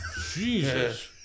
Jesus